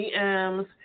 DMs